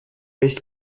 есть